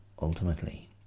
ultimately